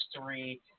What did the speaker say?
three